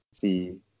see